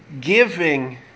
giving